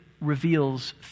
reveals